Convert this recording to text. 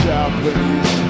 Japanese